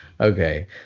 okay